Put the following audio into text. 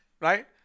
Right